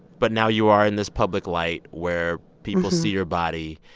but now you are in this public light where people see your body,